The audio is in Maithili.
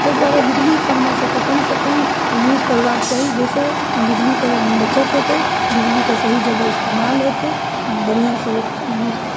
ताहि दुआरे बिजलीके हमर सबके कमसँ कम यूज करबाके चाही जाहिसँ बिजलीके बचत हेतै बिजलीके सही जगह इस्तेमाल हेतै बढ़िआँसँ यूज कऽ सकै छिए